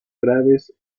graves